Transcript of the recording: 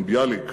עם ביאליק,